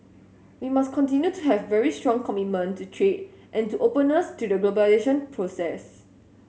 we must continue to have very strong commitment to trade and to openness to the globalisation process